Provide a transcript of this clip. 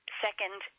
second